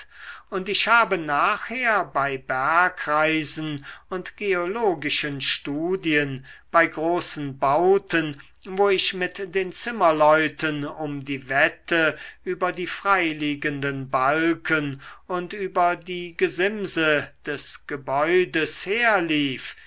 und ich habe nachher bei bergreisen und geologischen studien bei großen bauten wo ich mit den zimmerleuten um die wette über die freiliegenden balken und über die gesimse des gebäudes herlief